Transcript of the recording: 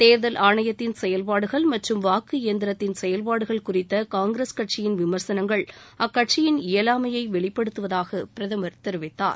தோதல் ஆணையத்தின் செயல்பாடுகள் மற்றும் வாக்கு இபந்திரத்தின் செயல்பாடுகள் குறித்த காங்கிரஸ் கட்சியின் விமர்சனங்கள் அக்கட்சியின் இயலாமையை வெளிப்படுத்துவதாக பிரதமர் தெரிவித்தார்